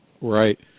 Right